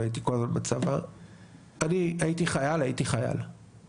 שעובדים קצת אחרי הצבא ואוספים ממון רב יחסית למדינות שאליהם הם